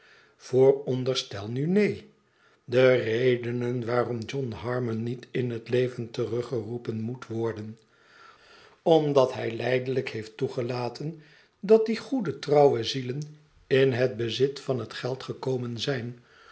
vooronderstel nu neen de redenen waarom john harmon niet in het leven teruggeroepen moet worden omdat hij lijdelijk heeft toegelaten dat die goede trouwe zielen in het bezit van het geld gekomen zijn